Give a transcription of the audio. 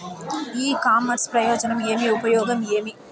ఇ commerce ప్రయోజనం ఏమి? ఉపయోగం ఏమి?